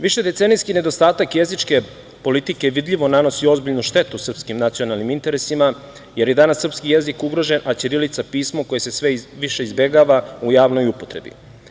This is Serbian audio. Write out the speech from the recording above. Višedecenijski nedostatak jezičke politike vidljivo nanosi ozbiljnu štetu srpskim nacionalnim interesima, jer je danas srpski jezik ugrožen, a ćirilica pismo koje se sve više izbegava u javnoj upotrebi.